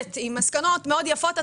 עם מסקנות מאוד יפות.